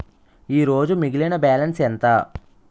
ఈరోజు మిగిలిన బ్యాలెన్స్ ఎంత?